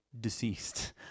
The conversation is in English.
deceased